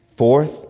Fourth